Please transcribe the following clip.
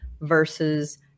versus